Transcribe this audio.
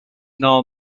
now